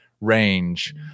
range